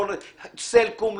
לא לסלקום,